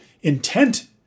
intent